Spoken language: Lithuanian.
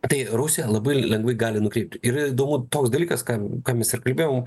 tai rusija labai lengvai gali nukreipti ir įdomu toks dalykas ką ką mes ir kalbėjom